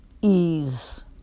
ease